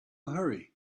hurry